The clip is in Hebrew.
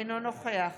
אינו נוכח